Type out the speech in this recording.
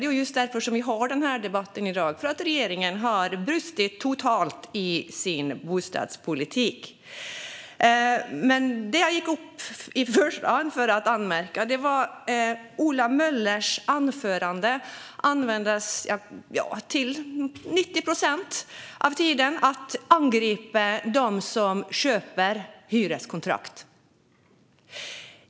Det är just därför som vi har den här debatten i dag, för att regeringen totalt har brustit i sin bostadspolitik. Men det som i första hand gjorde att jag begärde replik var att Ola Möller i sitt anförande använde 90 procent av tiden åt att angripa dem som köper hyreskontrakt.